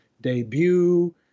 debut